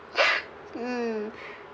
mm